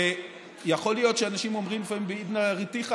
שיכול להיות שאנשים אומרים לפעמים בעידנא דרתחא,